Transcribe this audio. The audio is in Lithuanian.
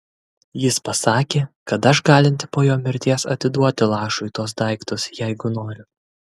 jis pasakė kad aš galinti po jo mirties atiduoti lašui tuos daiktus jeigu noriu